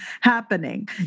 happening